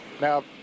Now